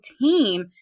team